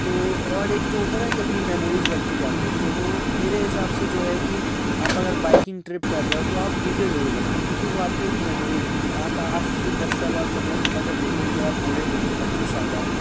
तो और एक जो होता है न कि अपनी मेमोरी बनती जाती है तो मेरे हिसाब से जो है कि आप अगर बाइकिंग ट्रिप कर रहे हो तो आप विडियो ज़रूर बनाए क्योंकि वो आपके एक मेमोरी बन जाती है आप पाँच से दस साल बाद पंद्रह साल बाद जब आप देखोगे जब आप बूढ़े हो पच्चीस साल बाद